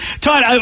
Todd